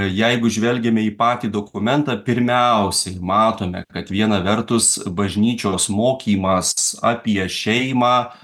jeigu žvelgiame į patį dokumentą pirmiausiai matome kad viena vertus bažnyčios mokymas apie šeimą